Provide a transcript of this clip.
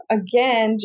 again